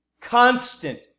constant